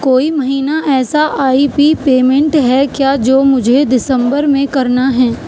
کوئی مہینہ ایسا آئی پی پیمنٹ ہے کیا جو مجھے دسمبر میں کرنا ہے